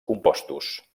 compostos